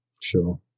sure